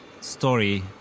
story